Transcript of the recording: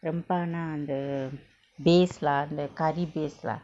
rempah lah the base lah the curry base lah